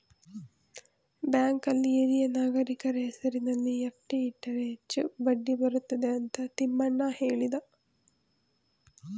ಬ್ಯಾಂಕಲ್ಲಿ ಹಿರಿಯ ನಾಗರಿಕರ ಹೆಸರಿನಲ್ಲಿ ಎಫ್.ಡಿ ಇಟ್ಟರೆ ಹೆಚ್ಚು ಬಡ್ಡಿ ಬರುತ್ತದೆ ಅಂತ ತಿಮ್ಮಣ್ಣ ಹೇಳಿದ